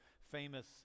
famous